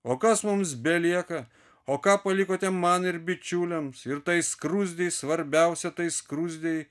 o kas mums belieka o ką palikote man ir bičiuliams ir tai skruzdei svarbiausia tai skruzdei